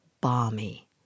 balmy